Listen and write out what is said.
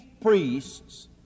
priests